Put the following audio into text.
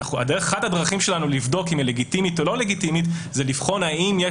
אחת הדרכים שלנו לבדוק אם היא לגיטימית או לא לגיטימית היא לבחון האם יש